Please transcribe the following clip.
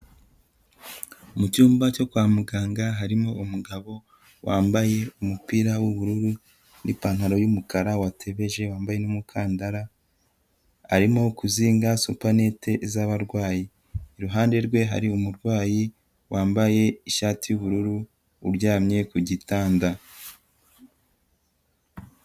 Mu cyumba cyo kwa muganga harimo umugabo wambaye umupira w'ubururu n'ipantaro y'umukara watebeje wambaye n'umukandara, arimo kuzinga supanete z'abarwayi, iruhande rwe hari umurwayi wambaye ishati y'ubururu uryamye ku gitanda.